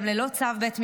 גם ללא צו בית משפט,